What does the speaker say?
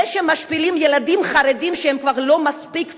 זה שמשפילים ילדים חרדים שהם לא מספיק צנועים,